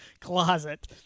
closet